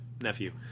Nephew